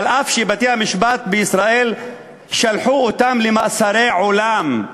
אף שבתי-המשפט בישראל שלחו אותם למאסרי עולם.